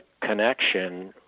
connection